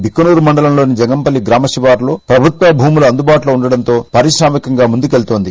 భిక్కనూరు మండలం లోని జంగంపల్లి గ్రామ శివారులో ప్రభుత్వ భూములు అందుబాటులో ఉండడంతో పారిశ్రామికంగా ముందుకెళుతోంది